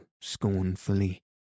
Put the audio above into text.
scornfully